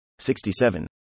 67